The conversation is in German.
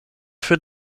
für